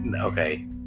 Okay